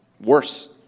worse